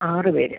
ആറ് പേർ